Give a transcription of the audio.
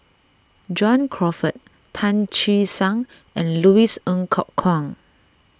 John Crawfurd Tan Che Sang and Louis Ng Kok Kwang